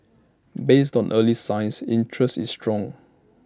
based on early signs interest is strong